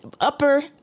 upper